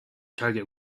target